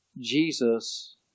Jesus